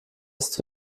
ist